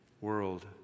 world